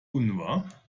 unwahr